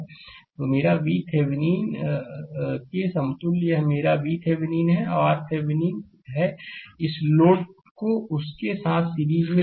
तो यह मेरा vThevenin है कि समतुल्य यह मेरा vThevenin है और RThevenin है कि इस लोड को उसके साथ सीरीज में जोड़ते हैं